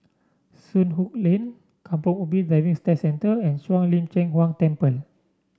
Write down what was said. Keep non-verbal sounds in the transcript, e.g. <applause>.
Soon Hock Lane Kampong Ubi Driving <unintelligible> Centre and Shuang Lin Cheng Huang Temple